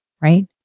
right